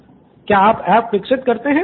student 1 क्या आप apps विकसित करते हैं